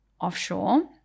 offshore